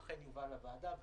ולכן יובא לוועדה ולא,